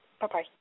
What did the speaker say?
Bye-bye